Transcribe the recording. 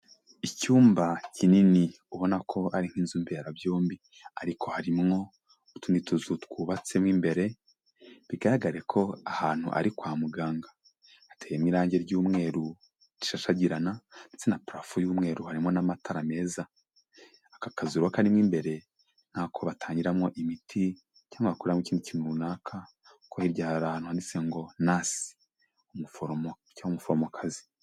Icyumba kinini ubona ko ari nk'inzu mberabyombi, ariko harimwo utundi tuzu twubatsemo imbere bigaragare ko ahantu ari kwa muganga, hateyemo irangi ry'umweru rishashagirana ndetse na purufo y'umweru harimo n'amatara meza, aka kazu rero karimo imbere nkako batangiramo imiti cyangwa bakoreramo ikindi kintu runaka, kuko hirya hari ahantu handitse ngo nasi umuforomo cyangwa umuforomokazi.